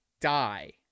die